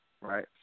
right